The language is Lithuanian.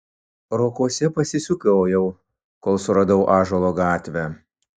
rokuose pasisukiojau kol suradau ąžuolo gatvę